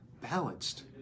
balanced